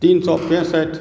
तीन सए पैंसठि